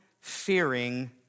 fearing